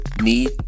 need